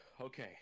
okay